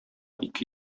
ике